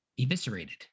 eviscerated